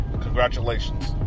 Congratulations